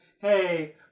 hey